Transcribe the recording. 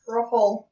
Ruffle